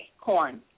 Corn